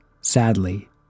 Sadly